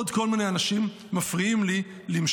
עוד כל מיני אנשים מפריעים לי למשול.